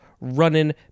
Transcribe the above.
running